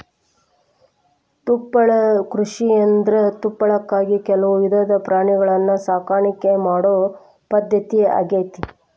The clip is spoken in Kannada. ತುಪ್ಪಳ ಕೃಷಿಯಂದ್ರ ತುಪ್ಪಳಕ್ಕಾಗಿ ಕೆಲವು ವಿಧದ ಪ್ರಾಣಿಗಳನ್ನ ಸಾಕಾಣಿಕೆ ಮಾಡೋ ಪದ್ಧತಿ ಆಗೇತಿ